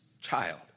child